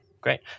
Great